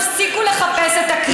אני מזלזלת?